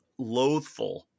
loathful